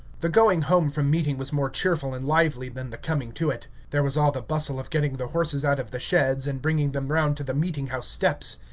the going home from meeting was more cheerful and lively than the coming to it. there was all the bustle of getting the horses out of the sheds and bringing them round to the meeting-house steps.